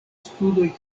studoj